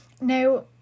Now